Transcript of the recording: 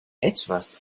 etwas